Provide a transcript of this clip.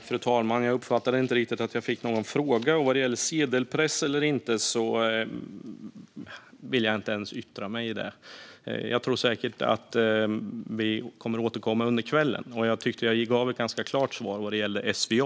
Fru talman! Jag uppfattade inte riktigt att jag fick någon fråga. Vad gäller sedelpress eller inte vill jag inte ens yttra mig om det. Jag tror säkert att vi kommer att återkomma under kvällen. Jag tycker att jag gav ett ganska klart svar vad gäller SVA.